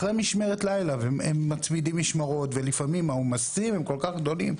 אחרי משמרת לילה והם מצמידים משמרות ולפעמים העומסים כל כך גדולים.